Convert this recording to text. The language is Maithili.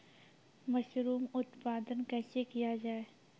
मसरूम उत्पादन कैसे किया जाय?